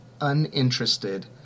uninterested